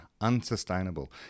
Unsustainable